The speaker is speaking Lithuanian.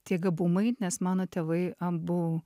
tie gabumai nes mano tėvai abu